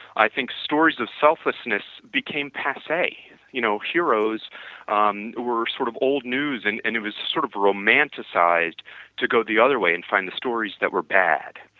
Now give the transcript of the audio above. i think stores of selflessness became passe you know heroes were sort of old news and and it was sort of romanticized to go the other way and find the stories that were bad.